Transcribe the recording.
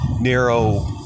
narrow